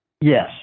Yes